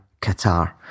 Qatar